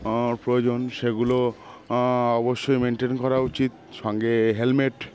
প্রয়োজন সেগুলো অবশ্যই মেনটেন করা উচিত সঙ্গে হেলমেট